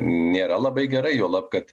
nėra labai gera juolab kad